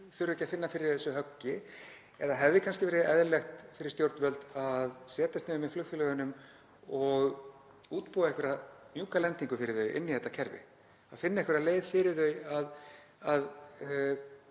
þurfi ekki að finna fyrir þessu höggi eða hefði kannski verið eðlilegt fyrir stjórnvöld að setjast niður með flugfélögunum og útbúa einhverja mjúka lendingu fyrir þau inn í þetta kerfi, finna einhverja leið fyrir þau að